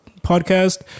podcast